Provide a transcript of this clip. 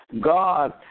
God